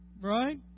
Right